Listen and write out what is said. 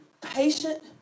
patient